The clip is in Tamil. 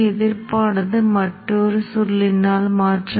மின்மாற்றியின் இரண்டாம் புள்ளியின் முடிவில் இங்கே